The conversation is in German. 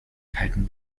kalten